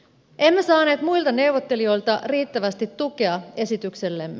emme saaneet muilta neuvottelijoilta riittävästi tukea esityksellemme